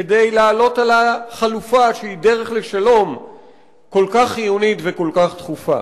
כדי לעלות על החלופה שהיא דרך לשלום כל כך חיונית וכל כך דחופה.